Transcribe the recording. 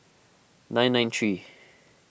nine nine three